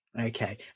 okay